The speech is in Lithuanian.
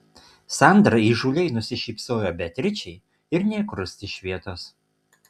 sandra įžūliai nusišypsojo beatričei ir nė krust iš vietos